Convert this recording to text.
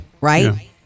Right